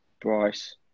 Bryce